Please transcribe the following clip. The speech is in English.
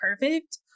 perfect